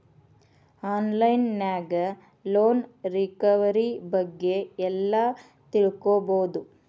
on line ನ್ಯಾಗ loan recovery ಬಗ್ಗೆ ಎಲ್ಲಾ ತಿಳ್ಕೊಬೊದು